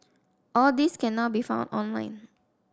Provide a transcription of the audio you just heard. all these can now be found online